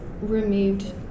removed